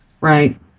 right